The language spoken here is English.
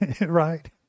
right